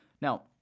Now